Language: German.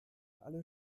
alle